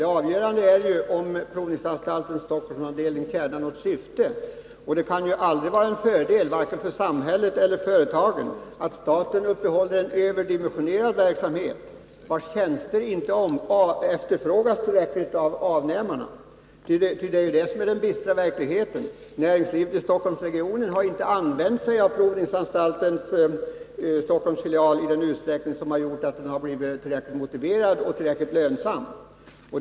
Det avgörande måste dock vara om provningsanstaltens Stockholmsavdelning tjänar något syfte. Det kan aldrig vara en fördel vare sig för samhället eller för företagen att staten uppehåller en överdimensionerad verksamhet, vars tjänster avnämarna inte efterfrågar i tillräckligt stor utsträckning. Det är den bistra verkligheten. Näringslivet i Stockholmsregionen har inte utnyttjat möjligheterna att vända sig till provningsanstaltens Stockholmsfilial i en sådan utsträckning att den skulle vara tillräckligt motiverad och tillräckligt lönsam.